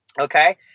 Okay